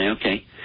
okay